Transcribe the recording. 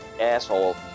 asshole